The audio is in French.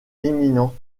éminent